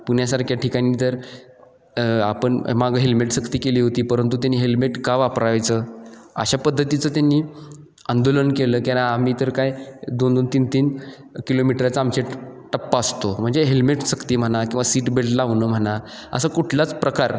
गरज नसताना पुण्यासारख्या ठिकाणी तर आपण मागं हेल्मेट सक्ती केली होती परंतु त्यांनी हेल्मेट का वापरायचं अशा पद्धतीचं त्यांनी आंदोलन केलं की नाही आम्ही तर काय दोन दोन तीन तीन किलोमीटरचा आमचे टप्पा असतो म्हणजे हेल्मेट सक्ती म्हणा किंवा सीट बेल्ट लावणं म्हणा असा कुठलाच प्रकार